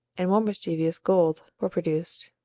and more mischievous gold, were produced.